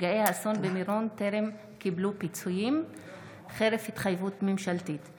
נפגעי האסון במירון טרם קיבלו פיצויים (חרף התחייבות ממשלתית);